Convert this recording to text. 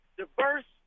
diverse